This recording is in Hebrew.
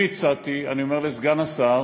אני הצעתי, אני אומר לסגן השר